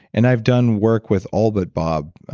and i've done work with all but bob,